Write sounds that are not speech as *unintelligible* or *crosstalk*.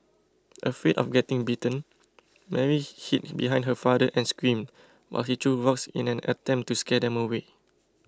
afraid of getting bitten Mary *unintelligible* hid behind her father and screamed while he threw rocks in an attempt to scare them away